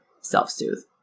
self-soothe